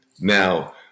Now